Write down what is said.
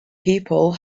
people